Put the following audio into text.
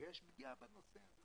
יש פגיעה בנושא הזה,